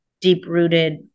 deep-rooted